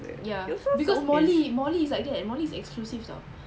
ya because molly molly is like that molly is exclusive [tau]